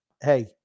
hey